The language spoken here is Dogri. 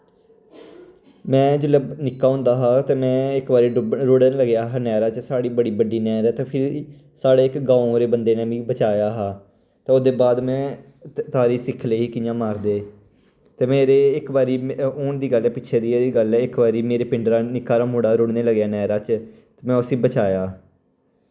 में जिसलै निक्का होंदा हा ते में इक वारि डुब्ब रूड़न लगेआ हा नैह्रा च साढ़ी बड़ी बड्डी नैह्र ऐ ते फिर साढ़े इक गांव दे बंदे नै मिगी बचाया हा ते ओह्दे बाद में तारी सिक्खी लेई ही कियां मारदे ते मेरे इक वारि हून दी गल्ल ऐ पिच्छे देहियै दी गल्ल ऐ इक वारि मेरे पिंडा दा निक्का हारा मुड़ा ओह् रुड़ने लगेआ नैह्रा च ते में उस्सी बचाया